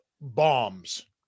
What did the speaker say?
bombs